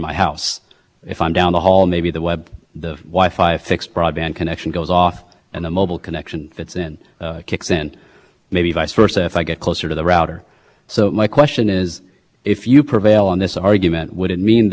i think that would be a question for very well suited for the commissions you know vaunted technical expertise you know in the one thing that i can say is that there are two different tests both of which has to be